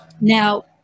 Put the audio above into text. Now